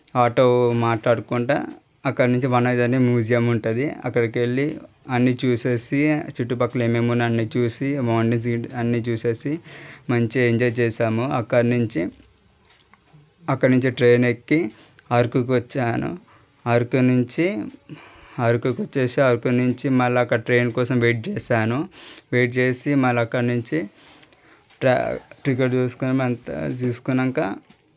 auto మాట్లాడుకుంటు అక్కడ నుంచి వంజంగి మ్యూజియం ఉంటుంది అక్కడికి వెళ్ళి అన్ని చూసి చుట్టుపక్కల ఏమేమి ఉన్నాయో అన్నీచూసి మౌంటైన్స్ గ్రీన్టెన్స్ అన్నీ చూసి మంచిగా ఎంజాయ్ చేసాము అక్కడి నుంచి అక్కడి నుంచి ట్రైన్ ఎక్కి అరుకుకు వచ్చాను ఆరుకు నుంచి అరకకు వచ్చి అరకు నుంచి మళ్ళా అక్కడ ట్రైన్ కోసం వెయిట్ చేశాను వెయిట్ చేసి మళ్ళీ అక్కడి నుంచి ట్రా టికెట్ తీసుకొని అంతా తీసుకున్నాక